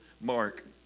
Mark